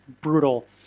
brutal